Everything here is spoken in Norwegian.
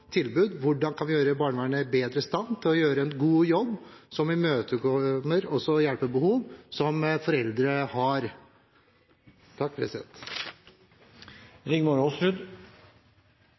hvordan vi kan gjøre barnevernet bedre i stand til å gjøre en god jobb som imøtekommer de hjelpebehov som foreldre har.